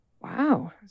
Wow